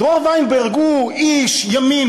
דרור וינברג הוא איש "ימין",